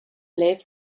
lev